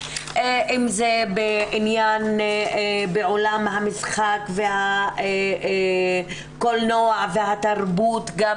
אם זה בעולם המשחק והקולנוע והתרבות גם